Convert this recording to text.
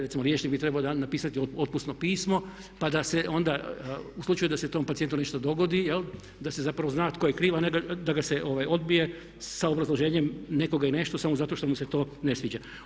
Recimo liječnik bi trebao napisati otpusno pismo pa da se onda u slučaju da se tom pacijentu nešto dogodi da se zapravo zna tko je kriv a ne da ga se odbije sa obrazloženjem nekoga i nešto samo zato što mu se to ne sviđa.